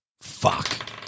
Fuck